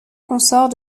consort